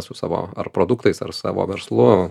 su savo ar produktais ar savo verslu